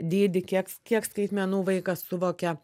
dydį kiek kiek skaitmenų vaikas suvokia